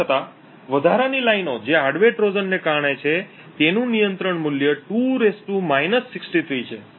તેમ છતાં વધારાની લાઇનો જે હાર્ડવેર ટ્રોઝનને કારણે છે તેનું નિયંત્રણ મૂલ્ય 2 છે